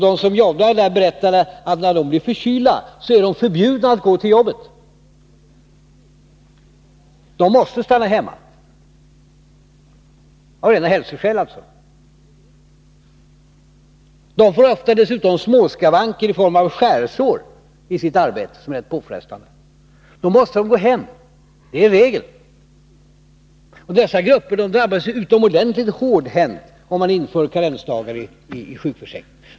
De som jobbade där berättade att när de blir förkylda är de förbjudna att gå till jobbet. De måste stanna hemma — av rena hälsoskäl alltså. De får ofta dessutom småskavanker i form av skärsår i sitt arbete, som är rätt påfrestande. Då måste de gå hem, det är regeln. Dessa grupper drabbas utomordentligt hårdhänt om man inför karensdagar i sjukförsäkringen.